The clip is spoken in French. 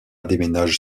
déménage